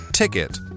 Ticket